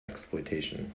exploitation